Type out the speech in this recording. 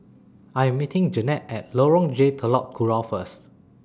I Am meeting Jeanne At Lorong J Telok Kurau First